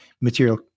material